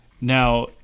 now